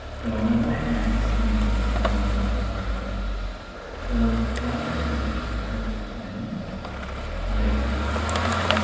so i want to add smoothie on my lunch page so what i'm gonna do is click on menu and then click on editor